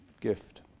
gift